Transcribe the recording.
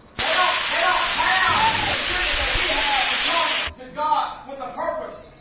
they don't they don't have the agenda that we have to come to god with the purpose